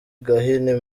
gahini